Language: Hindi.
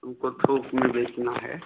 हमको थोक में बेचना है